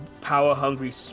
power-hungry